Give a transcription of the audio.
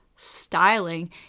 styling